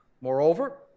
Moreover